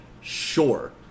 Sure